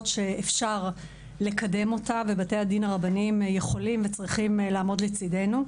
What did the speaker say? שאפשר לקדם אותה ובתי הדין הרבניים יכולים וצריכים לעמוד לצידנו.